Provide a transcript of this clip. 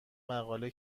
مقاله